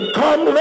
come